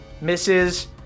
Misses